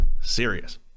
serious